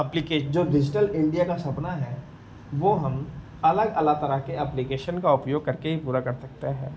अप्लीके जो digital India का सपना है वह हम अलग अलग तरह के एप्लीकेशन का उपयोग करके ही पूरा कर सकते हैं